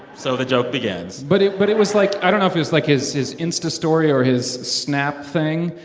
so the joke begins but it but it was like i don't know if it was, like, his his insta story or his snap thing.